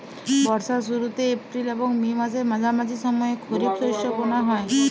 বর্ষার শুরুতে এপ্রিল এবং মে মাসের মাঝামাঝি সময়ে খরিপ শস্য বোনা হয়